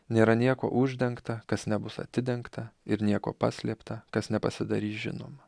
nėra nieko uždengta kas nebus atidengta ir nieko paslėpta kas nepasidarys žinoma